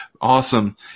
Awesome